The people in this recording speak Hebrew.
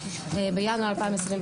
בינואר 2022,